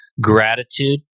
gratitude